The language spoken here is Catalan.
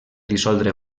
dissoldre